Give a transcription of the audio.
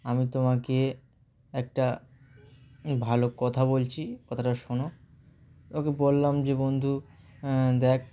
আমি তোমাকে একটা ভালো কথা বলছি কথাটা শোনো ওকে বললাম যে বন্ধু দেখ